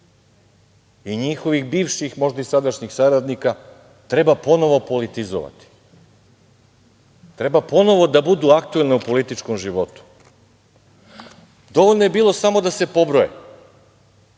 i njihovih bivših, možda i sadašnjih saradnika, treba ponovo politizovati, treba ponovo da budu aktuelne u političkom životu. Dovoljno je bilo samo da se pobroje.